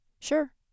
sure